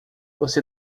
você